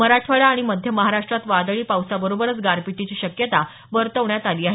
मराठवाडा आणि मध्य महाराष्ट्रात वादळी पावसाबरोबरच गारपीटीची शक्यताही वर्तवण्यात आली आहे